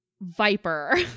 viper